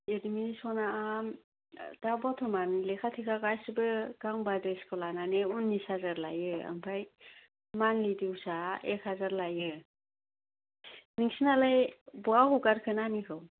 ऐदमिस'ना दा बरथ'मान लेखा थेखा गासिबो गांबा द्रेसखौ लानानै उननिस हाजार लायो ओमफाय मानलि दिउसआ ऐक हाजार लायो नोंसिनालाय बहा हगारखो नानिखौ